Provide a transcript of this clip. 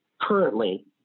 Currently